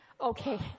okay